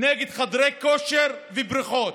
נגד חדרי כושר ובריכות.